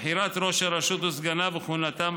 (בחירת ראש הרשות וסגניו וכהונתם),